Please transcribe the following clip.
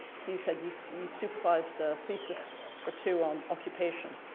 hugh said you so you supervised a thesis or two on occupation.